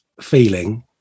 feeling